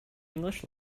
english